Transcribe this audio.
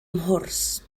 mhwrs